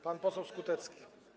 Pan poseł Skutecki.